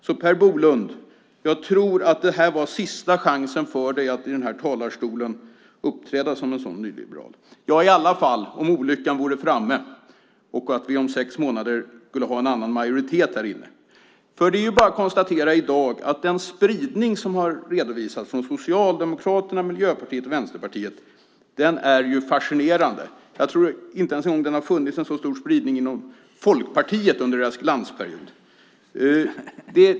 Så jag tror, Per Bolund, att det här var sista chansen för dig att i den här talarstolen uppträda som en sådan nyliberal, i alla fall om olyckan skulle vara framme och vi om sex månader skulle ha en annan majoritet i riksdagen. Det är bara att konstatera att den spridning som redovisats från Socialdemokraterna, Miljöpartiet och Vänsterpartiet är fascinerande. Jag tror inte att det någonsin har funnits en så stor spridning ens i Folkpartiet under deras glansperiod.